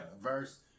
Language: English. verse